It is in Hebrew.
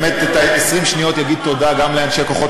באמת 20 שניות אגיד תודה גם לאנשי כוחות